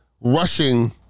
rushing